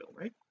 right